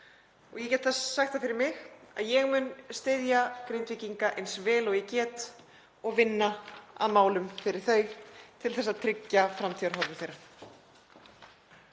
og ég get sagt það fyrir mig að ég mun styðja Grindvíkinga eins vel og ég get og vinna að málum fyrir þau til að tryggja framtíðarhorfur þeirra.